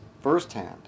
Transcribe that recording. firsthand